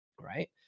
Right